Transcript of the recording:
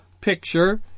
picture